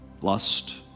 Lust